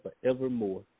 forevermore